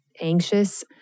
anxious